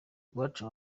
iwacu